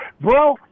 Bro